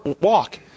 walk